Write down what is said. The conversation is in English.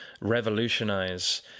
revolutionize